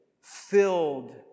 filled